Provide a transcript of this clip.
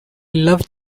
love